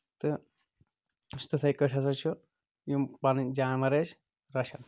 تہٕ تَتھٕے کٲٹھۍ ہسا چھِ یِم پَنٕنۍ جانور أسۍ رَچھان